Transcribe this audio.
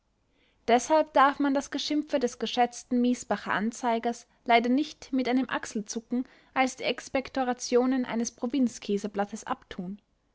deshalb darf man das geschimpfe des geschätzten miesbacher anzeigers leider nicht mit einem achselzucken als die expektorationen eines provinz-käseblattes abtun